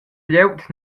glieud